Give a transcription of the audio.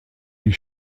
die